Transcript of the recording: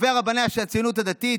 טובי רבניה של הציונות הדתית.